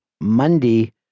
Monday